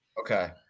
Okay